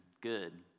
good